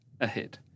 ahead